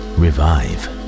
revive